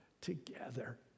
together